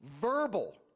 verbal